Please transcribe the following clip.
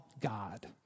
God